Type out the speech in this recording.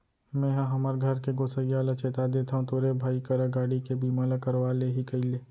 मेंहा हमर घर के गोसइया ल चेता देथव तोरे भाई करा गाड़ी के बीमा ल करवा ले ही कइले